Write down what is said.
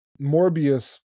Morbius